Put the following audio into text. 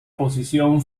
posición